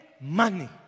money